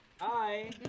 Hi